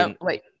Wait